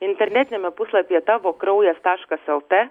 internetiniame puslapyje tavo kraujas taškas lt